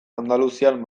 andaluzian